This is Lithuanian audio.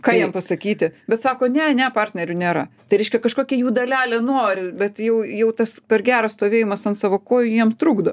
ką jiem pasakyti bet sako ne ne partnerių nėra tai reiškia kažkokia jų dalelė nori bet jau jau tas per geras stovėjimas ant savo kojų jiem trukdo